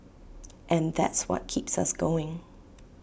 and that's what keeps us going